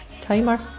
timer